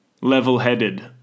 Level-headed